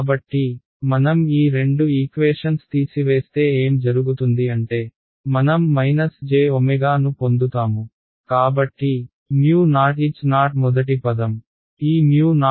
కాబట్టి మనం ఈ రెండు ఈక్వేషన్స్ తీసివేస్తే ఏం జరుగుతుంది అంటే మనం j ను పొందుతాము కాబట్టి OHo మొదటి పదంఈ OHo